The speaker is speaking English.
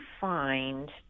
find